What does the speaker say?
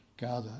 gather